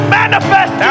manifest